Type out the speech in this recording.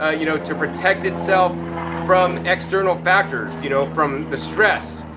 ah you know, to protect itself from external factors, you know, from the stress,